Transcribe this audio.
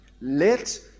let